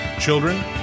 children